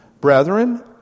Brethren